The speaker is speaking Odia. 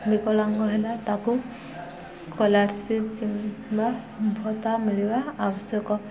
ବିକଳାଙ୍ଗ ହେଲା ତାକୁ ସ୍କଲାରସିପ୍ କିମ୍ବା ଭତ୍ତା ମିଳିବା ଆବଶ୍ୟକ